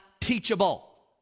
teachable